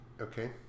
okay